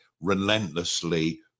relentlessly